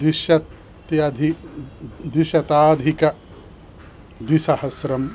द्विशत्यधिक द् द् द्विशताधिक द्विसहस्रं